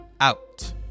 out